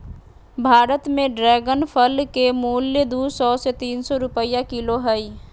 भारत में ड्रेगन फल के मूल्य दू सौ से तीन सौ रुपया किलो हइ